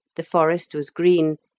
the forest was green,